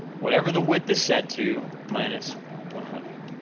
whatever the width is set to, minus one hundred.